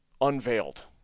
unveiled